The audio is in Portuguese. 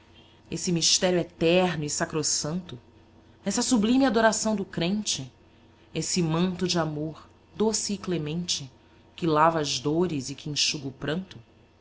esse mistério eterno e sacrossanto essa sublime adoração do crente esse manto de amor doce e clemente que lava as dores e que enxuga o pranto